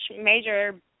major